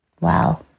Wow